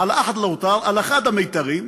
על ואחד וותר, על אחד המיתרים,